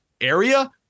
area